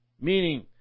meaning